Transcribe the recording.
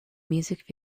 music